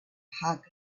hug